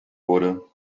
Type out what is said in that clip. wurde